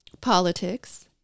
politics